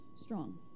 strong